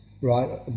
right